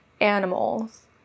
animals